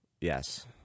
Yes